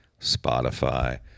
Spotify